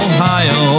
Ohio